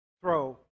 throw